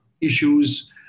issues